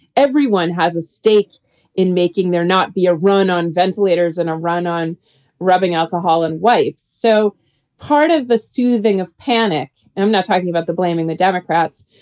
everyone has a stake in making there not be a run on ventilators and a run on rubbing alcohol and wine. so part of the soothing of panic and i'm not talking about the blaming the democrats,